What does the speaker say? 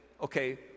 okay